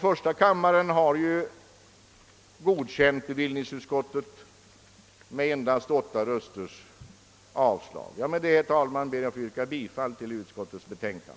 Första kammaren har ju godkänt bevillningsutskottets betänkande med endast 8 röster för avslag. Med det anförda ber jag, herr talman, att få yrka bifall till utskottets hemställan.